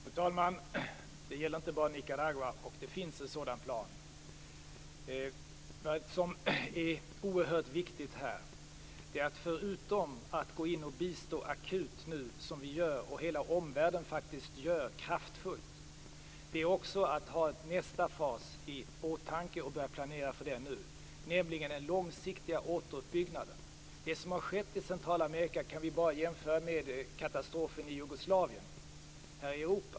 Fru talman! Det gäller inte bara Nicaragua, och det finns en sådan plan. Vad som är oerhört viktigt här är förutom att gå in och bistå akut nu, vilket vi och hela omvärlden kraftfullt gör, att ha nästa fas i åtanke och börja planera för den nu, nämligen den långsiktiga återuppbyggnaden. Det som har skett i Centralamerika kan vi här i Europa bara jämföra med katastrofen i Jugoslavien.